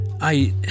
I